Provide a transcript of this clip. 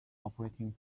operating